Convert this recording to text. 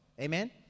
Amen